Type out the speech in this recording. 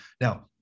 Now